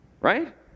Right